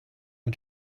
mit